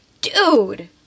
dude